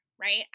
right